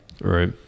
right